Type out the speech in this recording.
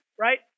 right